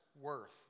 worth